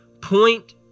point